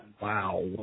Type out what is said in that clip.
Wow